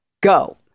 Go